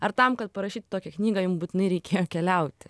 ar tam kad parašyti tokią knygą jum būtinai reikėjo keliauti